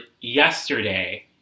yesterday